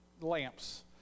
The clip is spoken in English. lamps